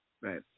Right